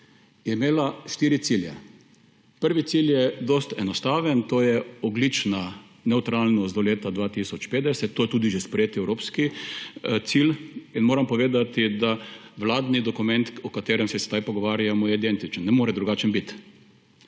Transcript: je imela štiri cilje. Prvi cilj je dosti enostaven. To je ogljična nevtralnost do leta 2050, to je tudi že sprejet evropski cilj. In moram povedati, da vladni dokument, o katerem se sedaj pogovarjamo, je identičen. Ne more drugačen biti.